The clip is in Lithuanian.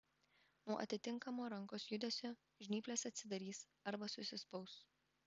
nuo atitinkamo rankos judesio žnyplės atsidarys arba susispaus